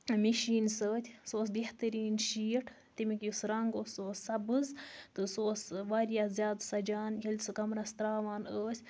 machine سۭتۍ سُہ اوس بہتَریٖن شیٖٹ تمیُک یُس رَنٛگ اوس سُہ اوس سبز تہٕ سُہ اوس واریاہ زیادٕ سَجان ییٚلہِ سُہ کَمرَس تراوان ٲسۍ